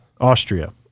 Austria